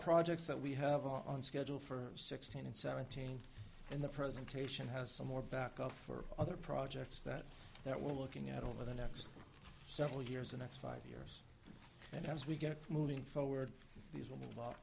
projects that we have on schedule for sixteen and seventeen in the presentation has some more back up for other projects that that we're looking at over the next several years the next five years and as we get moving forward these w